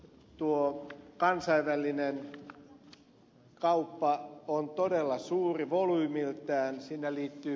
tuo kansainvälinen kauppa on todella suuri volyymiltään